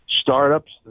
startups